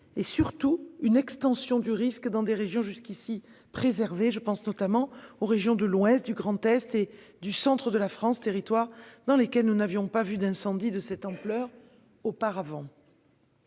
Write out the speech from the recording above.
et surtout une extension du risque dans des régions jusqu'ici préservées. Je pense notamment aux régions de l'ouest, de l'est et du centre de la France, territoires dans lesquels nous n'avions pas vu d'incendies de cette ampleur auparavant.